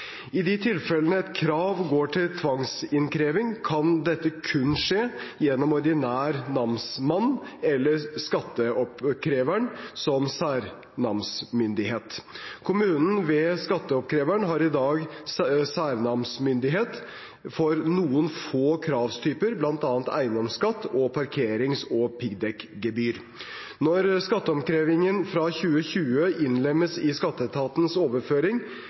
I de tilfeller et krav går til tvangsinnkreving, kan dette kun skje gjennom ordinær namsmann eller skatteoppkreveren som særnamsmyndighet. Kommunen, ved skatteoppkreveren, har i dag særnamsmyndighet for noen få kravtyper, bl.a. eiendomsskatt og parkerings- og piggdekkgebyr. Når skatteoppkrevingen fra 2020 innlemmes i